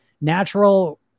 natural